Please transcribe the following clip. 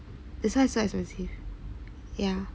that's one is so expensive yeah